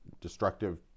destructive